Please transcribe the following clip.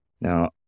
Now